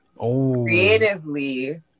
creatively